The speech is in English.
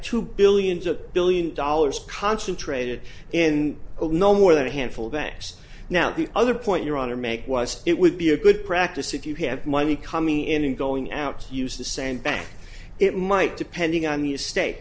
to billions of billion dollars concentrated in no more than a handful of banks now the other point your honor make was it would be a good practice if you have money coming in and going out to use the same bank it might depending on the st